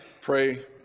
pray